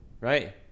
right